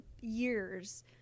years